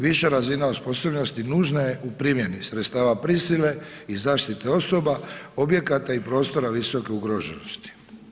Viša razina osposobljenosti nužna je u primjeni sredstava prisile i zaštite osoba, objekata i prostora visoke ugroženosti.